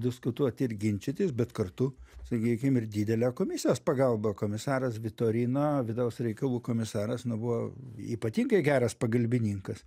diskutuoti ir ginčytis bet kartu sakykim ir didelė komisijos pagalba komisaras vitorino vidaus reikalų komisaras nu buvo ypatingai geras pagalbininkas